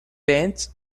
paint